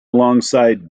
alongside